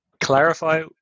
clarify